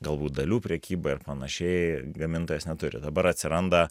galbūt dalių prekyba ir panašiai gamintojas neturi dabar atsiranda